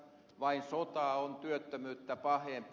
vain sota on työttömyyttä pahempi